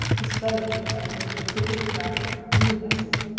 his feathers were like those of creaker the grackle iridescent.